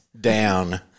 down